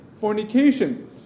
fornication